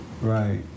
Right